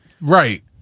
Right